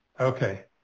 Okay